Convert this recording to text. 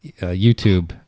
YouTube